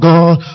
God